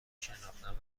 شناختند